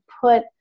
put